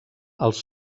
els